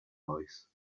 voice